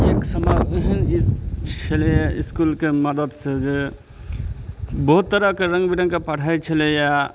एक समय एहन जे छलैया इसकुलके मददसे जे बहुत तरहके रङ्ग बिरङ्गके पढ़ाइ छलैया